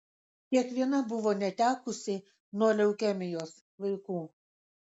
kiekviena buvo netekusi nuo leukemijos vaikų